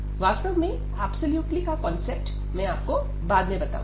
वास्तव में अब्सोल्युटली का कांसेप्ट मैं आपको बाद में बताऊंगा